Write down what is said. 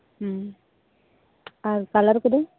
ᱦᱮᱸ ᱟᱨ ᱠᱟᱞᱟᱨ ᱠᱚᱫᱚ